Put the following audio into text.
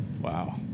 Wow